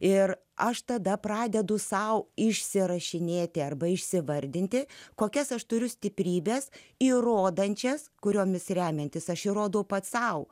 ir aš tada pradedu sau išsirašinėti arba išsivardinti kokias aš turiu stiprybes ir rodančias kuriomis remiantis aš įrodau pats sau